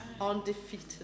undefeated